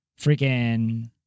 freaking